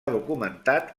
documentat